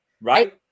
Right